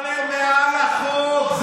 אבל הם מעל החוק.